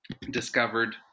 discovered